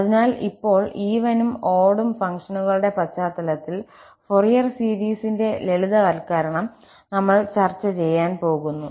അതിനാൽ ഇപ്പോൾ ഈവനും ഓടും ഫംഗ്ഷനുകളുടെ പശ്ചാത്തലത്തിൽ ഫോറിയർ സീരീസിന്റെ ലളിതവൽക്കരണം നമ്മൾ ചർച്ച ചെയ്യാൻ പോകുന്നു